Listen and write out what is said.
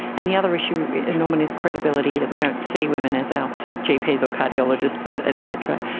and the other issue you know um and is credibility, that we don't see women as our gps or cardiologists et cetera.